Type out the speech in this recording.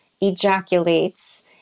ejaculates